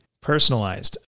personalized